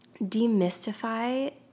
demystify